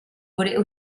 volaient